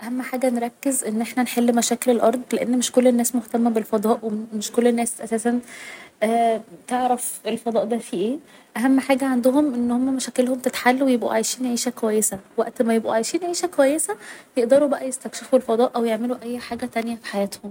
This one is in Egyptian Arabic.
اهم حاجة نركز ان احنا نحل مشاكل الأرض لان من كل الناس مهتمة بالفضاء و مش كل الناس اساساً تعرف الفضاء ده فيه ايه اهم حاجة عندهم ان هما مشاكلهم تتحل و يبقوا عايشين عيشة كويسة وقت ما يبقوا عايشين عيشة كويسة يقدروا بقا يستكشفوا الفضاء او يعملوا اي حاجة تانية في حياتهم